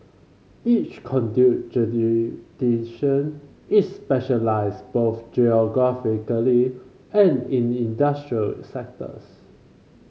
each conduit is specialised both geographically and in industrial sectors